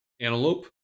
antelope